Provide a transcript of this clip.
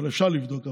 אבל אפשר לבדוק.